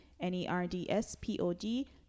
N-E-R-D-S-P-O-D